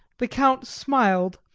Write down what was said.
the count smiled,